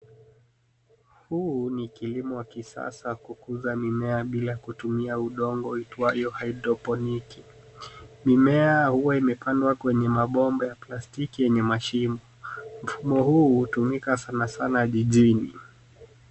Huu ni kilimo wa kisasa kukuza mimea bila kutumia udongo uitwayo hidroponiki. Mimea hua imepandwa kwenye mabomba ya plastiki yenye mashimo. Mfumo huu utumika sanasana jijini.